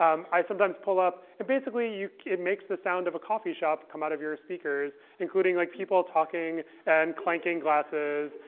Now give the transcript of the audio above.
um i sometimes pull up. and basically, it makes the sound of a coffee shop come out of your speakers, including like people talking and clanking glasses.